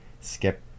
skip